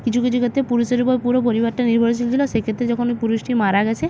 কিছু কিছু ক্ষেত্রে পুরুষের উপর পুরো পরিবারটা নির্ভরশীল ছিল সেই ক্ষেত্রে যখন পুরুষটি মারা গিয়েছে